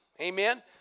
Amen